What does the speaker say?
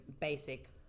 basic